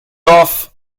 off